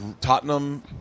Tottenham